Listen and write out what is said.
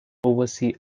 oversee